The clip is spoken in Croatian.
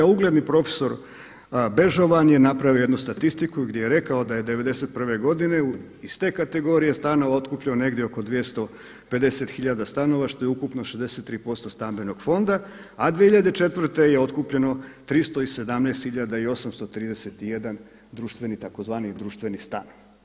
A ugledni profesor Bežovan je napravio jednu statistiku gdje je rekao da je '91. godine iz te kategorije stanova otkupljeno negdje oko 250 tisuća stanova što je ukupno 63% stambenog fonda, a 2004. je otkupljeno 317.831 tzv. društveni stan.